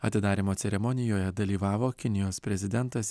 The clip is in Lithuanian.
atidarymo ceremonijoje dalyvavo kinijos prezidentas